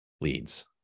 leads